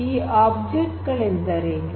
ಈ ಆಬ್ಜೆಕ್ಟ್ ಗಳೆಂದರೆ ಏನು